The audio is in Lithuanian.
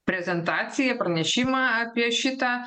prezentaciją pranešimą apie šitą